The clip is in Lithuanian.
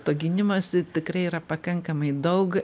to gynimosi tikrai yra pakankamai daug